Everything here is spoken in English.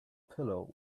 pillow